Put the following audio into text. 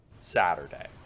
saturday